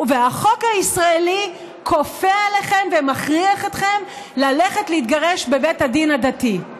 והחוק הישראלי כופה עליכם ומכריח אתכם ללכת ולהתגרש בבית הדין הדתי.